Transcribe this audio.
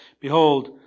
behold